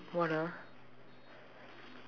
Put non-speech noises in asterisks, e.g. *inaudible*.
um *noise* what ah